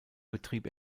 betrieb